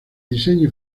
diseño